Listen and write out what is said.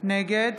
נגד